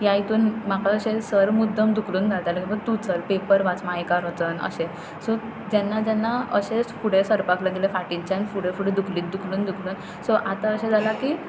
ह्या हितून म्हाका अशे सर मुद्दम धुकलून घालतालें की बाबा तूं चल पेपर वाच मायकार वचून अशें सो जेन्ना जेन्ना अशेंच फुडें सरपाक लागलें फाटींनच्यान फुडें फुडें धुकलीत धुकलून धुकलून सो आतां अशें जालां की